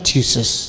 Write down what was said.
Jesus